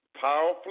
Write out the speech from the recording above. powerfully